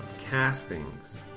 castings